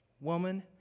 woman